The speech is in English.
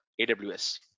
AWS